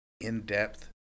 in-depth